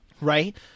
Right